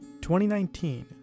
2019